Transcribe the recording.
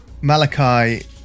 malachi